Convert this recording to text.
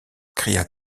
cria